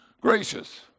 gracious